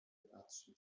patrzy